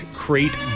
crate